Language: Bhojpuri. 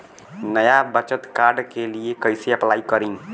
नया बचत कार्ड के लिए कइसे अपलाई करी?